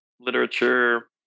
literature